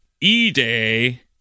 E-Day